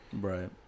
right